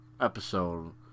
episode